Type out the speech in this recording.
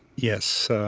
yes. so